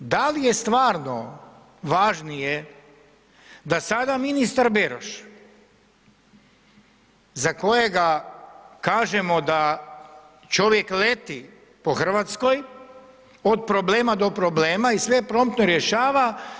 Da li je stvarno važnije da sada ministar Beroš za kojega kažemo da čovjek leti po Hrvatskoj od problema do problema i sve promptno rješava.